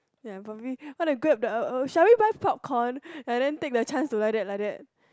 ya probably shall we buy popcorn but then take the chance to like that like that